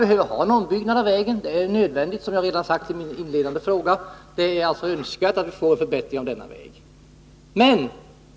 Och en ombyggnad av vägen behövs— det är, som jag redan sagt i min inledande fråga, önskvärt för att inte säga nödvändigt att få en förbättring av denna väg.